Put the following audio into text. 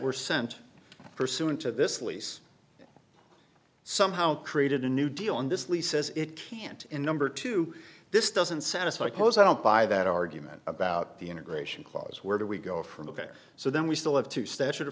were sent pursuant to this lease somehow created a new deal in this lee says it can't in number two this doesn't satisfy close i don't buy that argument about the integration clause where do we go from ok so then we still have to sta